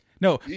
No